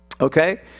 Okay